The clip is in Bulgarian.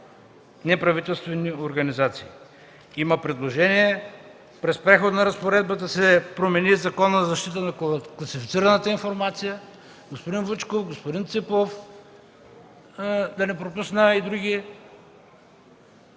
неправителствени организации. Има предложение през преходна разпоредба да се промени Законът за защита на класифицираната информация. Господин Вучков, господин Ципов, да не пропусна и други